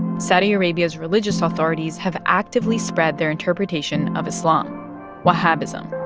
saudi arabia's religious authorities have actively spread their interpretation of islam wahhabism.